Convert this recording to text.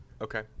Okay